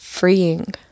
freeing